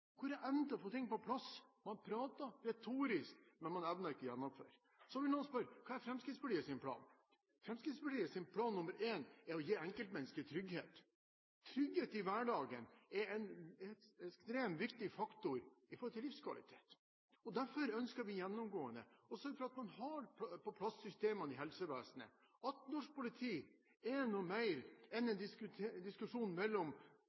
Hvor er evnen til å få ting på plass? Man prater retorisk, men man evner ikke å gjennomføre. Så vil noen spørre: Hva er Fremskrittspartiets plan? Fremskrittspartiets plan nr. 1 er å gi enkeltmennesker trygghet. Trygghet i hverdagen er en ekstremt viktig faktor for livskvalitet. Derfor ønsker vi gjennomgående å sørge for at man har på plass systemene i helsevesenet, at norsk politi er noe mer enn en diskusjon mellom